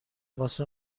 واسه